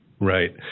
Right